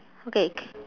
okay